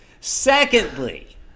Secondly